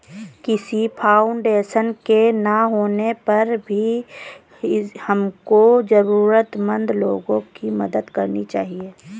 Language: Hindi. किसी फाउंडेशन के ना होने पर भी हमको जरूरतमंद लोगो की मदद करनी चाहिए